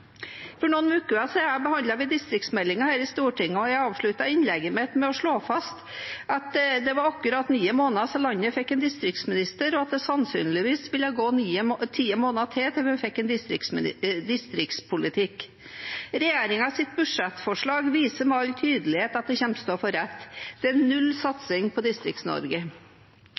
For noen uker siden behandlet vi distriktsmeldingen her i Stortinget, og jeg avsluttet mitt innlegg med å slå fast at det var akkurat ti måneder siden landet fikk en distriktsminister, og at det sannsynligvis ville gå ti måneder til før vi fikk en distriktspolitikk. Regjeringens budsjettforslag viser med all tydelighet at jeg kommer til å få rett. Det er null satsing på